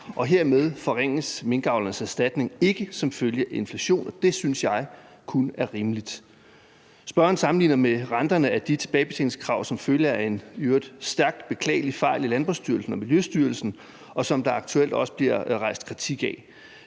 og hermed forringes minkavlernes erstatning ikke som følge af inflation, og det synes jeg kun er rimeligt. Spørgeren sammenligner med renterne af de tilbagebetalingskrav som følge af en i øvrigt stærkt beklagelig fejl i Landbrugsstyrelsen og Miljøstyrelsen, hvilket der aktuelt også bliver rejst kritik af.